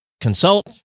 consult